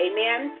Amen